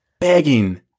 begging